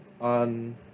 on